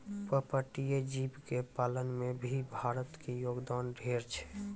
पर्पटीय जीव के पालन में भी भारत के योगदान ढेर छै